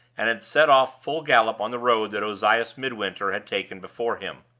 and had set off full gallop on the road that ozias midwinter had taken before him.